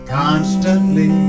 constantly